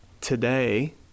Today